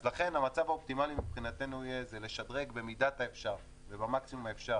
אז לכן המצב האופטימלי יהיה מבחינתו לשדרג במידת האפשר ובמקסימום האפשר